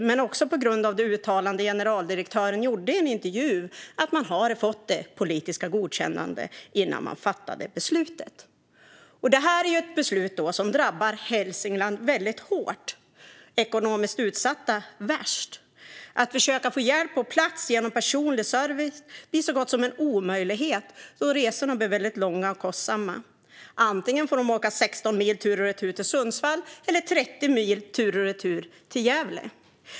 Men det kan man också förstå av det uttalande som generaldirektören gjorde i en intervju, att de hade fått det politiska godkännandet innan de fattade beslutet. Det är ett beslut som drabbar Hälsingland väldigt hårt och ekonomiskt utsatta värst. Att försöka få hjälp på plats genom personlig service blir så gott som en omöjlighet då resorna blir väldigt långa och kostsamma. Antingen får de åka 16 mil tur och retur till Sundsvall eller 30 mil tur och retur till Gävle.